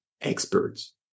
experts